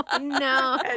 no